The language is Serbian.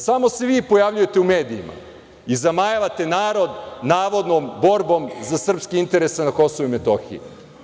Samo se vi pojavljujete u medijima i zamajavate narod navodnom borbom za srpske interese na Kosovu i Metohiji.